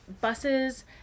buses